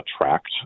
attract